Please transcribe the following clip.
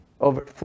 over